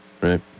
Right